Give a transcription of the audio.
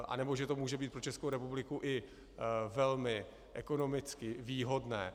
nebo že to může být pro Českou republiku i velmi ekonomicky výhodné.